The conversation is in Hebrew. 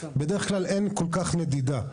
בדרך כלל אין כל כך נדידה.